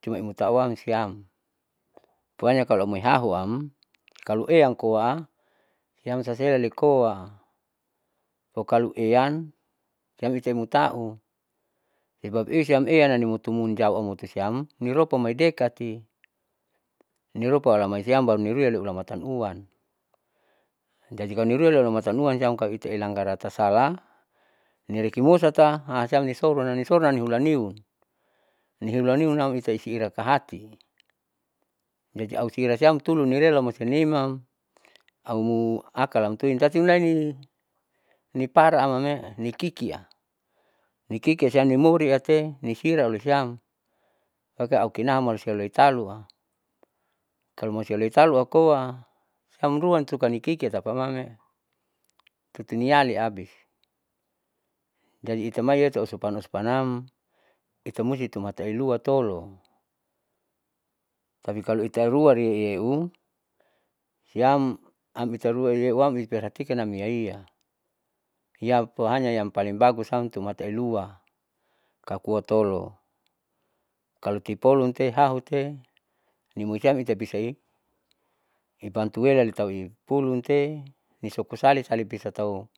Cumaitauam siampohanya kalomoi hahunam kaloeam koa siam sasaelalikoa pokaloiam siam itaemutau sebab isiam eanam mutumun jau amotosiam niropa amoidekati, niropu alamai siam baru niuruite ulamatanuan jadi kalo niruiam tati ulamatanam kalo itaelangar tasala nireki mosata asiam nisorun amnisorun nanihulaniun nihulaniunam itaisi ilakahati, jadi ausirasiam tutu nirelatau malusiamnimam aumu akalamuin tati iulaini nipara amame nikikiam, nikikiam nimori ate nisira oilesiam maka aukinaha malusia loitalua talu malusia loitalu koasiam ruannikiki tapaama mee tutuniali abis, jadi itamaiyeu tausupan usupanam itamustu tumata ilua tolo tapi kalo itarua lieu siam amitarua sileuam amoi perhatikam nam iaia iyapo hanya yampaling bagutam cumataelua kakuatolo, kalo tipolun tehahute nimusiam itabisai ibantuelaitaui pulunte nisokusali salipisatau